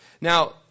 Now